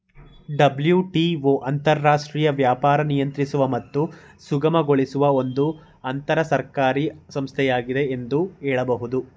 WTO ಅಂತರರಾಷ್ಟ್ರೀಯ ವ್ಯಾಪಾರ ನಿಯಂತ್ರಿಸುವ ಮತ್ತು ಸುಗಮಗೊಳಿಸುವ ಒಂದು ಅಂತರಸರ್ಕಾರಿ ಸಂಸ್ಥೆಯಾಗಿದೆ ಎಂದು ಹೇಳಬಹುದು